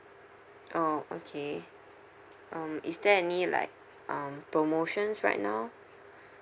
orh okay um is there any like um promotions right now